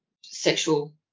sexual